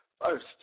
First